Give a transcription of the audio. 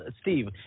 Steve